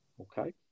Okay